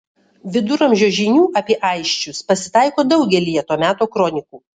viduramžio žinių apie aisčius pasitaiko daugelyje to meto kronikų